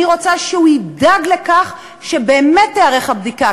אני רוצה שהוא ידאג לכך שבאמת תיערך הבדיקה.